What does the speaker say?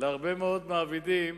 להרבה מאוד מעבידים